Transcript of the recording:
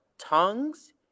tongues